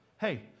Hey